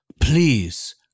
Please